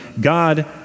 God